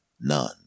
None